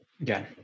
Again